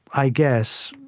i guess,